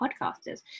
podcasters